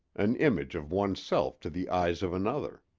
an image of one's self to the eyes of another.